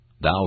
thou